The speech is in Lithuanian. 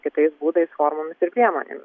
kitais būdais formomis ir priemonėm